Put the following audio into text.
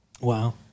Wow